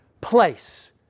place